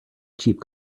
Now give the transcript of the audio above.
cheap